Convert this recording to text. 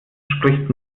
spricht